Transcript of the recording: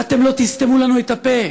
ואתם לא תסתמו לנו את הפה.